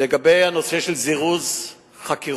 לגבי הנושא של זירוז חקירות,